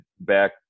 back